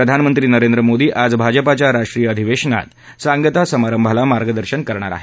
प्रधानमंत्री नरेंद्र मोदी आज भाजपाच्या राष्ट्रीय अधिवेशानात आज सांगता समारंभाला मार्गदर्शन करणार आहेत